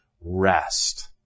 rest